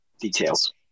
details